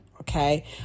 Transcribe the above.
okay